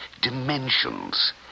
dimensions